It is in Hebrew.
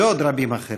ועוד רבים אחרים.